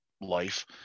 life